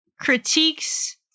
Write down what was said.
critiques